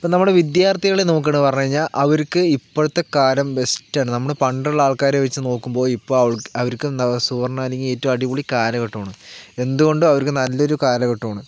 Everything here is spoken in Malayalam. ഇപ്പോൾ നമ്മളെ വിദ്യാർത്ഥികളെ നോക്കുകയാണെന്നു പറഞ്ഞ് കഴിഞ്ഞാൽ അവർക്ക് ഇപ്പോഴത്തെ കാലം ബെസ്റ്റാണ് നമ്മള് പണ്ടുള്ള ആൾക്കാരെ വെച്ച് നോക്കുമ്പോൾ ഇപ്പോൾ അവർ അവർക്കെന്താ സുവർണ അല്ലെങ്കിൽ ഏറ്റവും അടിപൊളി കാലഘട്ടമാണ് എന്തു കൊണ്ടും അവർക്ക് നല്ല ഒരു കാലഘട്ടമാണ്